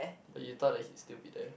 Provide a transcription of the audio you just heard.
but you thought that he still be there